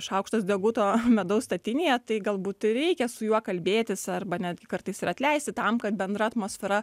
šaukštas deguto medaus statinėje tai galbūt ir reikia su juo kalbėtis arba netgi kartais ir atleisti tam kad bendra atmosfera